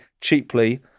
cheaply